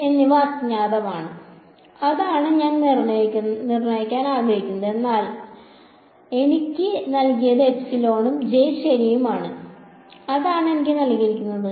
E H എന്നിവ അജ്ഞാതമാണ് അതാണ് ഞാൻ നിർണ്ണയിക്കാൻ ആഗ്രഹിക്കുന്നത് എനിക്ക് നൽകിയത് എപ്സിലോണും ജെ ശരിയും അതാണ് എനിക്ക് നൽകിയിരിക്കുന്നത്